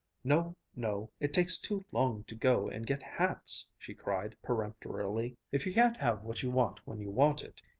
no no it takes too long to go and get hats! she cried peremptorily. if you can't have what you want when you want it,